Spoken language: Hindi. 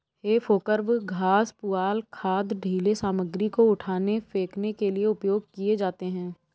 हे फोर्कव घास, पुआल, खाद, ढ़ीले सामग्री को उठाने, फेंकने के लिए उपयोग किए जाते हैं